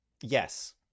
Yes